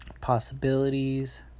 possibilities